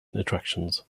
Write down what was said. attractions